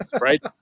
right